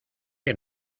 que